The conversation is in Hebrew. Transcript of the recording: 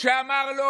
שאמר לו